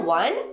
one